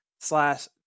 slash